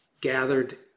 gathered